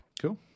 cool